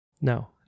No